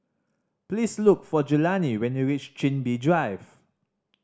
please look for Jelani when you reach Chin Bee Drive